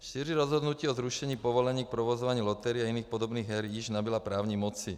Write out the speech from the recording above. Šíře rozhodnutí o zrušení povolení k provozování loterií a jiných podobných her již nabyla právní moci.